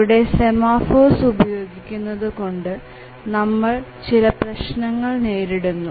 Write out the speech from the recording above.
ഇവിടെ സെമഫോസ് ഉപയോഗിക്കുന്നത് കൊണ്ട് നമ്മൾ ചില പ്രശ്നങ്ങൾ നേരിടുന്നു